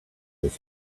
this